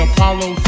Apollo